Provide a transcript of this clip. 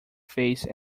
face